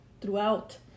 throughout